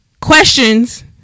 questions